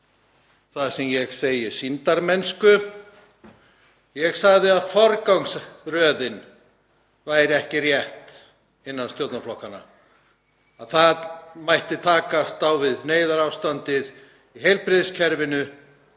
það sem ég segi sýndarmennsku. Ég sagði að forgangsröðin væri ekki rétt innan stjórnarflokkanna, að takast mætti á við neyðarástandið í heilbrigðiskerfinu,